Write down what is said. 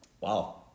Wow